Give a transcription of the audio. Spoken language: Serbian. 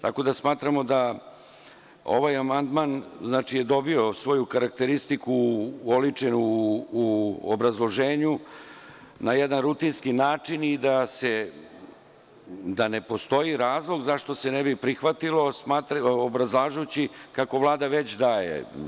Tako da, smatramo da ovaj amandman, znači je dobio svoju karakteristiku oličenu u obrazloženju na jedan rutinski način i da ne postoji razlog zašto se ne bi prihvatilo, obrazlažući kako Vlada već daje.